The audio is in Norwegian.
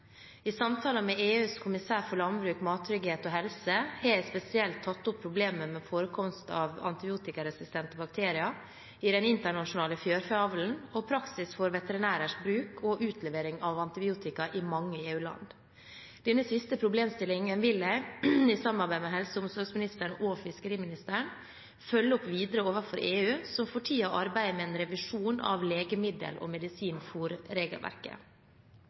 I samtaler med EUs kommissær for landbruk, mattrygghet og helse har jeg spesielt tatt opp problemet med forekomst av antibiotikaresistente bakterier i den internasjonale fjørfeavlen og praksis for veterinærers bruk og utlevering av antibiotika i mange EU-land. Denne siste problemstillingen vil jeg, i samarbeid med helse- og omsorgsministeren og fiskeriministeren, følge opp videre overfor EU, som for tiden arbeider med en revisjon av legemiddel- og